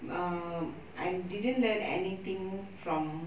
um I didn't learn anything from